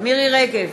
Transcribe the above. מירי רגב,